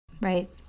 Right